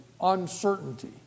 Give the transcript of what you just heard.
uncertainty